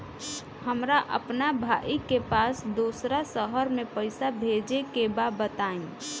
हमरा अपना भाई के पास दोसरा शहर में पइसा भेजे के बा बताई?